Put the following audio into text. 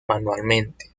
manualmente